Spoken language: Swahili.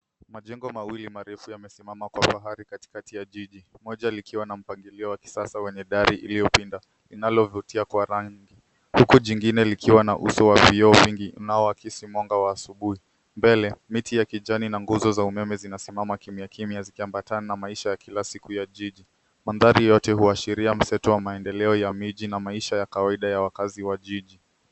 Majengo mawili marefu yamesimama kwa mahali katikati ya jiji. Moja likiwa na mpangilio wa kisasa wenye dari iliyopinda linalovutia kwa rangi, huku jingine likiwa na uso wa vioo vingi unaoakisi mwanga wa asubuhi. Mbele miti ya kijani na nguzo za umeme zinasimama kimya, kimya zikiambatana na maisha ya kila siku ya jiji. Mandhari yote huashiria mseto wa maendeleo ya miji na maisha ya kawaida ya wakazi wa jiji.